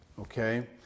okay